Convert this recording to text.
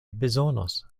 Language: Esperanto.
bezonos